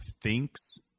thinks